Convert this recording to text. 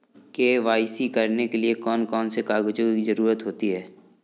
KYC करने के लिए कौन कौन से कागजों की जरूरत होती है?